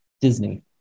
Disney